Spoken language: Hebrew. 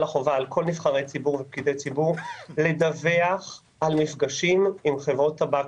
כל נבחרי הציבור ופקידי הציבור לדווח על מפגשים עם חברות טבק.